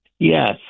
Yes